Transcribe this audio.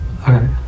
Okay